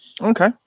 Okay